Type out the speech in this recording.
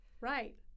Right